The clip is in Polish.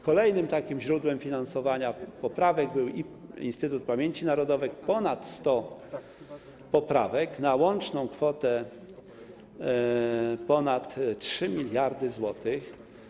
Kolejnym takim źródłem finansowania poprawek był Instytut Pamięci Narodowej, ponad 100 poprawek na łączną kwotę ponad 3 mld zł.